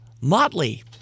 Motley